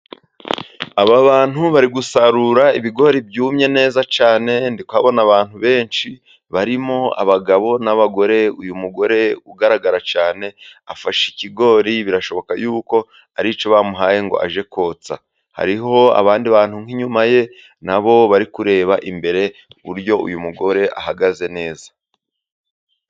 Aba bantu bari gusarura ibigori byumye neza cyane. Ndikuhabona abantu benshi barimo abagabo n'abagore. Uyu mugore ugaragara cyane afashe ikigori birashoboka yuko ari icyo bamuhaye ngo ajye kotsa. Hariho abandi bantu nk'in inyuma ye nabo bari kureba imbere uburyo uyu mugore ahagaze neza.